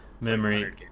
memory